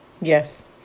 Yes